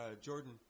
Jordan